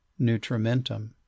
nutrimentum